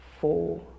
four